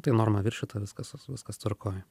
tai norma viršyta viskas viskas tvarkoj